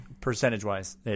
Percentage-wise